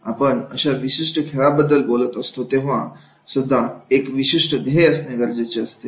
आपण अशा विशिष्ट खेळाबद्दल बोलत असतो तेव्हां सुद्धा एक विशिष्ट ध्येय असणें गरजेचे असते